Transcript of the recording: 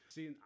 See